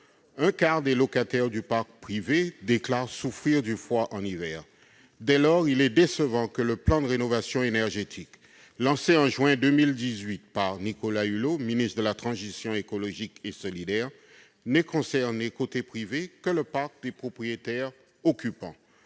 Un quart des locataires du parc privé déclarent souffrir du froid en hiver. Dès lors, il est décevant que le plan de rénovation énergétique lancé en juin 2018 par Nicolas Hulot, alors ministre de la transition écologique et solidaire, n'ait concerné, pour le parc privé, que les propriétaires occupants.